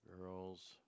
Girls